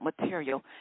material